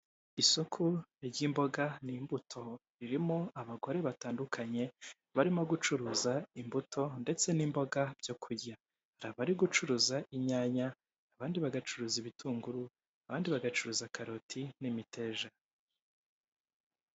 Isoko ry'imboga n'imbuto ririmo abagore batandukanye, barimo gucuruza imbuto ndetse n'imboga byo kurya. Hari abari gucuruza inyanya, abandi bagacuruza ibitunguru, abandi bagacuruza karoti n'imiteja.